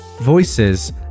voices